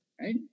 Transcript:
right